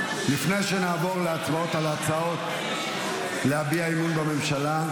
לפני שנעבור להצבעות על ההצעות להביע אי-אמון בממשלה,